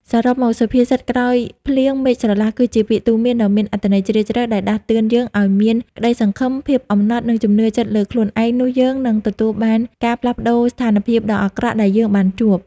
សរុបមក សុភាសិត «ក្រោយភ្លៀង មេឃស្រឡះ» គឺជាពាក្យទូន្មានដ៏មានអត្ថន័យជ្រាលជ្រៅ ដែលដាស់តឿនយើងឲ្យមាន ក្តីសង្ឃឹម ភាពអំណត់ និងជំនឿចិត្តលើខ្លួនឯងនោះយើងនិងទទួលបានការផ្លាស់ប្តូរស្ថានភាពដ៏អាក្រក់ដែលយើងបានជួប។